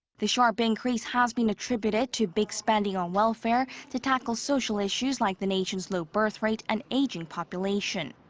the sharp increase has been attributed to big spending on welfare to tackle social issues. like the nation's low birth rate and aging population.